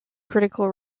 critical